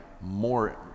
more